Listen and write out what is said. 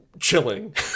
chilling